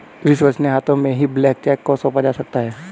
विश्वसनीय हाथों में ही ब्लैंक चेक को सौंपा जा सकता है